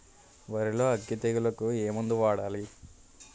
వరిలో అగ్గి తెగులకి ఏ మందు వాడాలి?